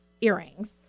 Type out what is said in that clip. earrings